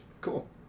Cool